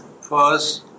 first